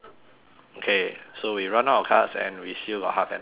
okay so we run out of cards and we still got half an hour to talk